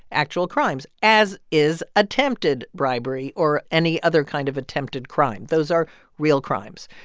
actual crimes, as is attempted bribery or any other kind of attempted crime. those are real crimes.